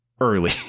early